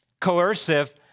Coercive